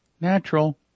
natural